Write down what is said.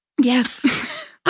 Yes